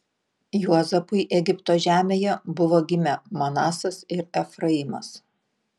juozapui egipto žemėje buvo gimę manasas ir efraimas